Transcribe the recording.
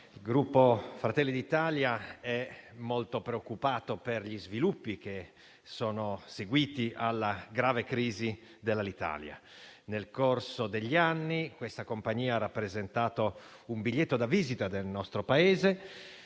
il Gruppo Fratelli d'Italia è molto preoccupato per gli sviluppi che sono seguiti alla grave crisi dell'Alitalia. Nel corso degli anni la Compagnia ha rappresentato un biglietto da visita del nostro Paese